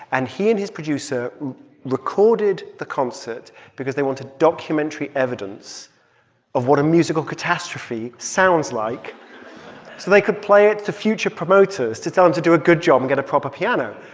and he and his producer recorded the concert because they wanted documentary evidence of what a musical catastrophe sounds like so they could play it to future promoters to tell them and to do a good job and get a proper piano.